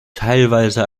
teilweise